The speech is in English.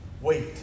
wait